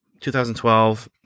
2012